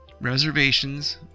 Reservations